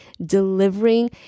delivering